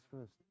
first